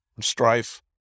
strife